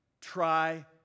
try